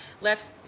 left